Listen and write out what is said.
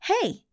Hey